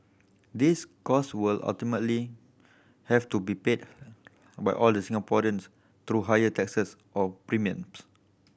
these costs will ultimately have to be paid by all the Singaporeans through higher taxes or premiums